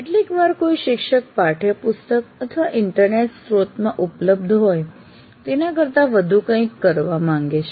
કેટલીકવાર કોઈ શિક્ષક પાઠ્યપુસ્તક અથવા ઈન્ટરનેટ સ્ત્રોતમાં ઉપલબ્ધ હોય તેના કરતા વધુ કંઈક કરવા માંગે છે